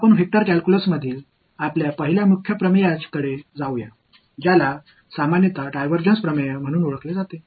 vector calculus பற்றிய நம்முடைய முதல் முக்கிய தேற்றத்திற்கு செல்வோம் இது பொதுவாக டைவர்ஜன்ஸ் தியரம் என அழைக்கப்படுகிறது